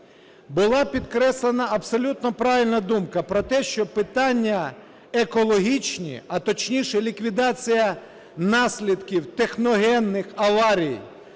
Була підкреслена абсолютно правильна думка про те, що питання екологічні, а точніше, ліквідація наслідків техногенних аварій,